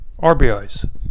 RBIs